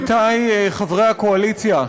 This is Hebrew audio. עמיתי חברי הקואליציה,